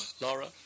Laura